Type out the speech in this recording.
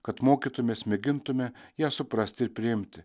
kad mokytumės mėgintume ją suprasti ir priimti